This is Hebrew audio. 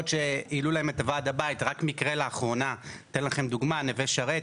רק מקרה לאחרונה, אתן לכם דוגמה, נווה שרת.